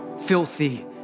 filthy